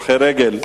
הולכי רגל,